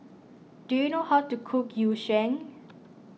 do you know how to cook Yu Sheng